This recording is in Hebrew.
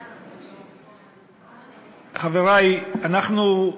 חברי, אנחנו,